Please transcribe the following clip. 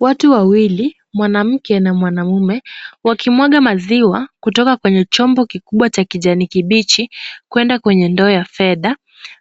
Watu wawili, mwanamke na mwanaume, wakimwaga maziwa kutoka kwenye chombo kikubwa cha kijani kibichi kwenda kwenye ndoo ya fedha.